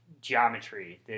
geometry